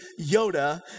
Yoda